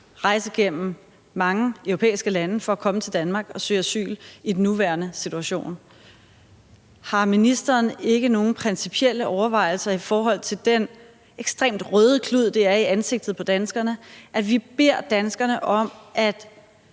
rejse igennem mange europæiske lande for at komme til Danmark, og søge asyl i den nuværende situation. Har ministeren ikke nogen principielle overvejelser i forhold til den ekstremt røde klud, det er i ansigtet på danskerne, når man samtidig beder danskerne om at